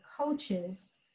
coaches